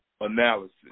analysis